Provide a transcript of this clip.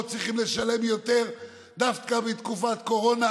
צריכים לשלם יותר דווקא בתקופת קורונה